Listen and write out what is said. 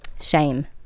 Shame